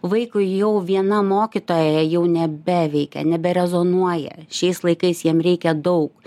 vaikui jau viena mokytoja jau nebeveikia neberezonuoja šiais laikais jiem reikia daug